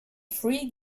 free